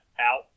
out